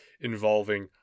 involving